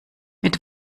mit